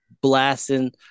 blasting